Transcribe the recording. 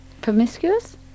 promiscuous